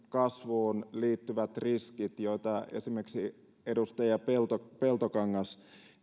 kasvuun liittyvät riskit joita esimerkiksi edustaja peltokangas peltokangas